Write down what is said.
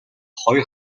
хоёр